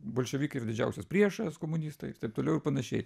bolševikai yra didžiausias priešas komunistai ir taip toliau ir panašiai